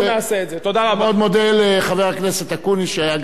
שהיה גם יושב-ראש ועדת הכלכלה שדנה פעמים רבות בנושא התקשורת,